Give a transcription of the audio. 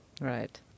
Right